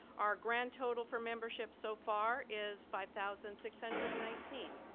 our grand total for membership so far is five thousand six hundred and nineteen.